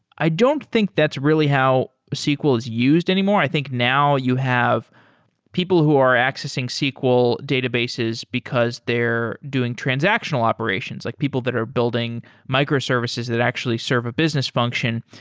i don't think that's really how sql is used anymore. i think now you have people who are accessing sql databases because they're doing transactional operations, like people that are building microservices that actually serve a business function.